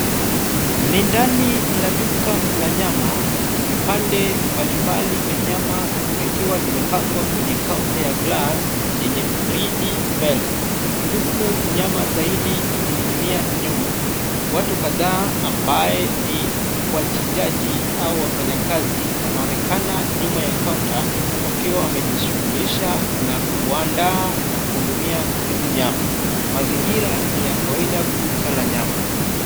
Ni ndani la duka la nyama, vipande mbalimbali vya nyama zikiwa zimepangwa kwenye kaunta ya glass yenye fridge mbele, huku nyama zaidi ikining'inia nyuma. Watu kadhaa ambaye ni wachinjaji au wafanyakazi wanaonekana nyuma ya kaunta wakiwa wamejishughulisha na kuandaa na kuhudumia hizi nyama. Mazingira ni ya kawaida kwa duka la nyama.